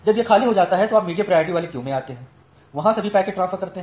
जब यह खाली हो जाता है तो आप मीडियम प्रायोरिटी क्यू में आते हैं सभी पैकेट्स ट्रांसफर कर ते हैं